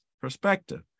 perspective